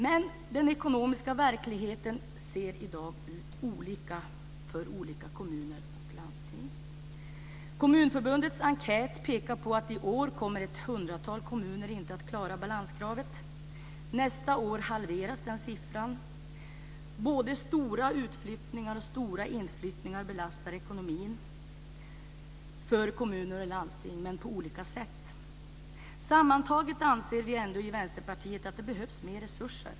Men den ekonomiska verkligheten ser i dag ut olika för olika kommuner och landsting. Kommunförbundets enkät pekar på att i år kommer ett hundratal kommuner inte att klara balanskravet. Nästa år halveras den siffran. Både stora utflyttningar och stora inflyttningar belastar ekonomin för kommuner och landsting men på olika sätt. Sammantaget anser vi i Vänsterpartiet ändå att det behövs mer resurser.